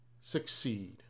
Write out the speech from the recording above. succeed